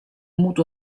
mutuo